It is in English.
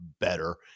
better